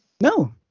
No